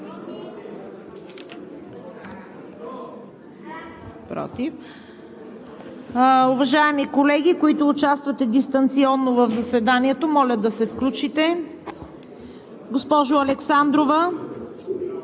Уважаеми колеги, които участвате дистанционно в заседанието, моля да се включите. Госпожо Александрова?